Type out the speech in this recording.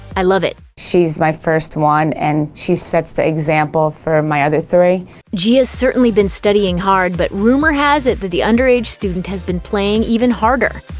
i love it. she's my first one and she sets the example for my other three gia's certainly been studying hard, but rumor has it that the underage student has been playing even harder.